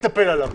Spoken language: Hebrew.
מתנפל עליו,